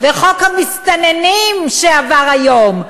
וחוק המסתננים שעבר היום.